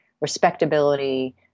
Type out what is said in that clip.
respectability